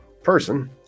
person